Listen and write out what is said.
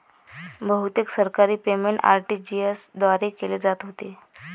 बहुतेक सरकारी payment RTGS द्वारे केले जात होते